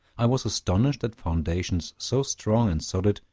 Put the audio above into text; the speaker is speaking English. i was astonished that foundations, so strong and solid,